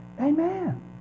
Amen